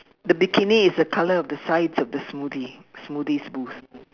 the bikini is the color of the sides of the smoothie smoothies booth